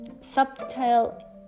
subtle